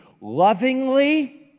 Lovingly